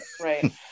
right